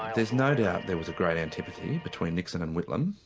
is no doubt there was a great antipathy between nixon and whitlam.